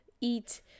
eat